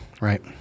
right